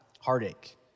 heartache